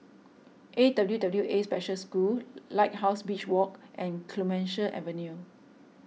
A W W A Special School Lighthouse Beach Walk and Clemenceau Avenue